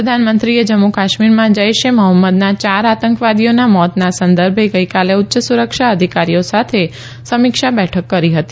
પ્રધાનમંત્રીએ જમ્મુ કાશ્મીરમાં જૈશ એ મોહમ્મદના યાર આતંકવાદીઓના મોતના સંદર્ભે ગઇકાલે ઉચ્ચ સુરક્ષા અધિકારીઓ સાથે સમીક્ષા બેઠક કરી હતી